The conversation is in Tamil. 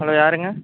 ஹலோ யாருங்க